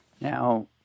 Now